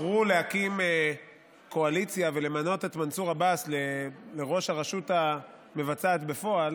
בחרו להקים קואליציה ולמנות את מנסור עבאס לראש הרשות המבצעת בפועל,